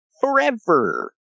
forever